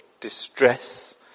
distress